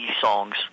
songs